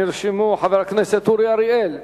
נרשמו: חבר הכנסת אורי אריאל,